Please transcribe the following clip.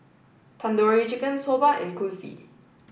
Tandoori Chicken Soba and Kulfi